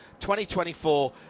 2024